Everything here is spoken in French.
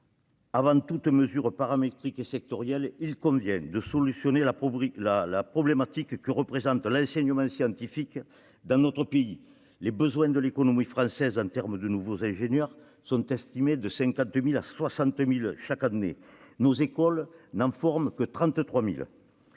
Avant toute mesure paramétrique et sectorielle, il convient de résoudre la problématique que représente l'enseignement scientifique dans notre pays. Les besoins de l'économie française en termes de nouveaux ingénieurs sont estimés entre 50 000 et 60 000 chaque année ; or nos écoles n'en forment que 33 000